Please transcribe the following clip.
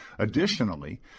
Additionally